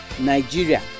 Nigeria